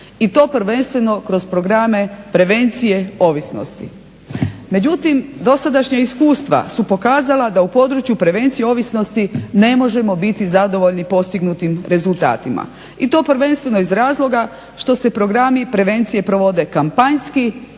I to prvenstveno kroz programe prevencije ovisnosti. Međutim, dosadašnja iskustva su pokazala da u području prevencije ovisnosti ne možemo biti zadovoljni postignutim rezultatima i to prvenstveno iz razloga što se programi prevencije provode kampanjski